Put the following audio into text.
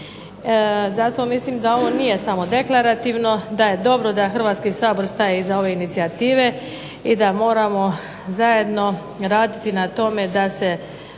Zato mislim da ovo nije samo deklarativno, da je dobro da Hrvatski sabor staje iza ove inicijative, i da moramo zajedno raditi na tome da se